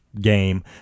game